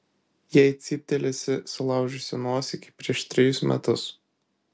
jei cyptelėsi sulaužysiu nosį kaip prieš trejus metus